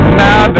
now